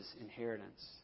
inheritance